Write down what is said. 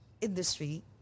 industry